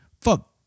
Fuck